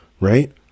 Right